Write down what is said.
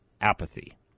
apathy